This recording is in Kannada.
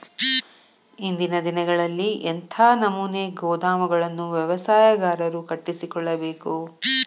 ಇಂದಿನ ದಿನಗಳಲ್ಲಿ ಎಂಥ ನಮೂನೆ ಗೋದಾಮುಗಳನ್ನು ವ್ಯವಸಾಯಗಾರರು ಕಟ್ಟಿಸಿಕೊಳ್ಳಬೇಕು?